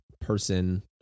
person